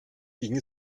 ging